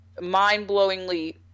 mind-blowingly